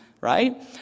right